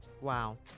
Wow